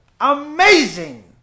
Amazing